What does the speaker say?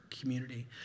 community